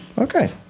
okay